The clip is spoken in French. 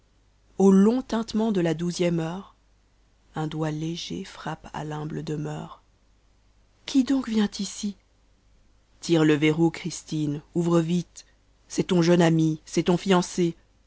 au long uotement de la domx eme heure un doigt léger frappe à ï'hmmmc demeure mt donc sentie tire le verrou christine ouvre vite c'est ton jeune ami c'est ton oancé